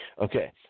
Okay